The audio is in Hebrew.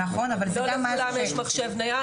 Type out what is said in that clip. לא לכולם יש מחשב נייד.